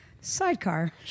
Sidecar